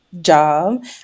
job